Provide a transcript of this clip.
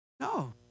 No